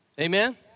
Amen